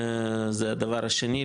זה הדבר השני,